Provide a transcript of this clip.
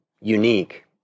unique